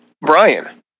Brian